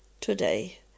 today